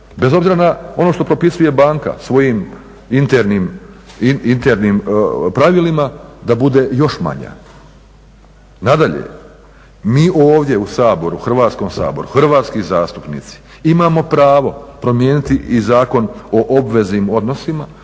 bez obzira na ono što propisuje banka svojim internim pravilima, da bude još manja. Nadalje, mi ovdje u Saboru, Hrvatskom saboru, hrvatski zastupnici imamo pravo promijeniti i Zakon o obveznim odnosima